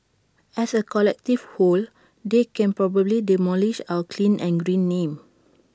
as A collective whole they can probably demolish our clean and green name